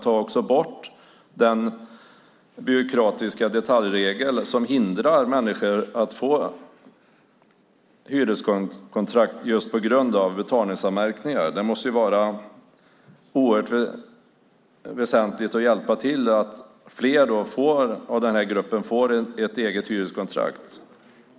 Ta bort den byråkratiska detaljregel som hindrar människor att få hyreskontrakt på grund av betalningsanmärkningar. Det måste vara oerhört väsentligt att hjälpa till så att fler i den här gruppen får ett eget hyreskontrakt.